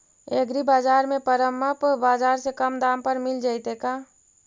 एग्रीबाजार में परमप बाजार से कम दाम पर मिल जैतै का?